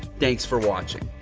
thanks for watching.